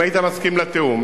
אם היית מסכים לתיאום,